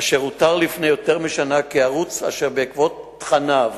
אשר אותר לפני יותר משנה כערוץ אשר בעקבות תכניו